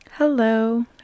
Hello